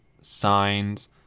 Signs